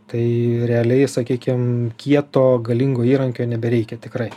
tai realiai sakykim kieto galingo įrankio nebereikia tikrai